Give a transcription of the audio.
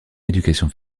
éducation